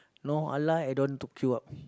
non halal I don't queue up